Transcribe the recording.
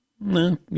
No